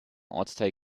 ortsteil